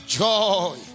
joy